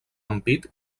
ampit